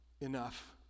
enough